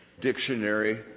Dictionary